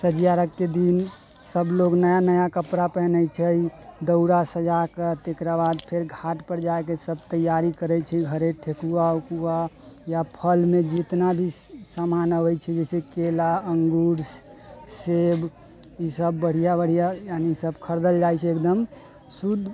सँझिया अर्घके दिन सब लोग नया नया कपड़ा पहिने छै ई दौरा सजाके तकरा बाद फेर घाटपर जायके सब तैयारी करै छै घरे ठेकुआ उकुआ या फलमे जितना भी सामान अबै छै जैसे केला अंगूर सेब ई सब बढ़िआँ बढ़िआँ यानि ई सब खरिदल जाइ छै एकदम शुद्ध